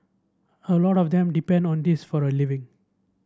a lot of them depend on this for a living